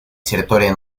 территории